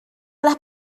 las